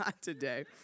today